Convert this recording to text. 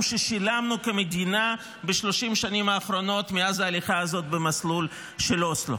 ששילמנו כמדינה ב-30 השנים האחרונות מאז ההליכה הזאת במסלול של אוסלו.